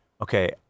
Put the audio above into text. okay